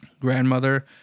grandmother